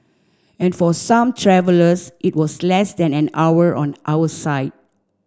and for some travellers it was less than an hour on our side